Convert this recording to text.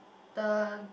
the